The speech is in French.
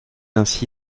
ainsi